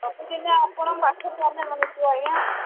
ସବୁଦିନେ ଆପଣ ପାଖରୁ ଆମେ ଆଣୁଛୁ ଆଜ୍ଞା